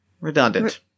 Redundant